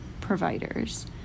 providers